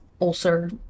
ulcer